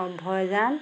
Abhayjan